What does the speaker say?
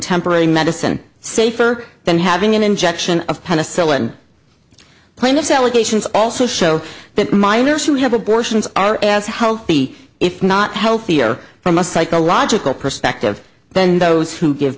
temporary medicine safer than having an injection of penicillin plaintiff's allegations also show that minors who have abortions are as healthy if not healthier from a psychological perspective than those who give